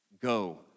Go